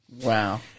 Wow